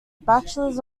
bachelors